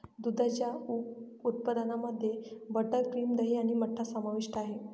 दुधाच्या उप उत्पादनांमध्ये मध्ये बटर, क्रीम, दही आणि मठ्ठा समाविष्ट आहे